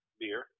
beer